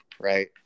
right